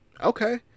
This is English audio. Okay